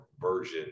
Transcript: version